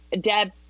Deb